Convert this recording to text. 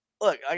look